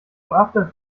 after